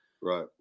Right